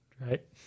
right